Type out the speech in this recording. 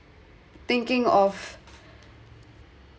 thinking of